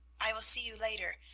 i will see you later.